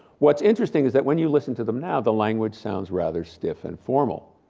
what's interesting is that when you listen to them now, the language sounds rather stiff and formal.